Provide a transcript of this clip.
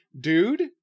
dude